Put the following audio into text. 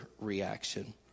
reaction